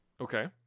Okay